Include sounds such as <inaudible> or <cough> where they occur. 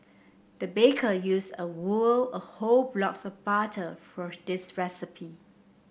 the baker used a <unintelligible> a whole block of butter for this recipe